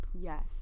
Yes